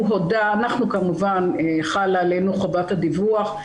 הוא הודה, עלינו כמובן חלה חובת הדיווח.